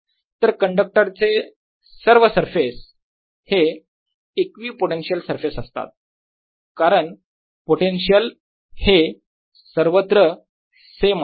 तर कंडक्टर चे सर्व सरफेस हे इक्विपोटेन्शियल सरफेस असतात कारण पोटेन्शियल हे सर्वत्र सेम असतं